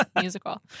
musical